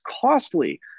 costly